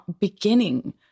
beginning